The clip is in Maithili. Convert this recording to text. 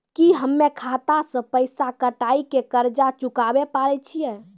की हम्मय खाता से पैसा कटाई के कर्ज चुकाबै पारे छियै?